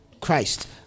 Christ